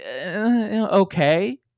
okay